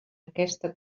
aquesta